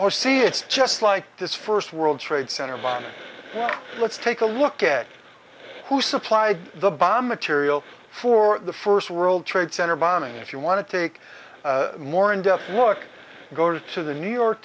or see it's just like this first world trade center bombing let's take a look at who supplied the bomb material for the first world trade center bombing if you want to take more in depth look go to the new york